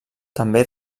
també